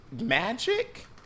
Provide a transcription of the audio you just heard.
magic